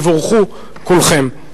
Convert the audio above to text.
תבורכו כולכם.